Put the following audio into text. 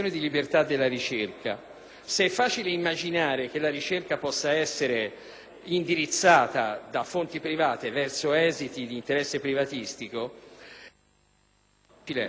infatti, immaginare che la ricerca possa essere indirizzata da fonti private verso esiti di interesse privatistico